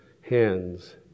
hands